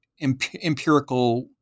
empirical